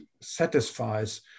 satisfies